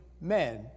men